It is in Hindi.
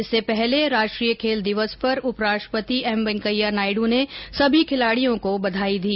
इससे पहले राष्ट्रीय खेल दिवस पर उप राष्ट्रपति एम वैंकेया नायडु ने सभी खिलाड़ियों को बधाई दी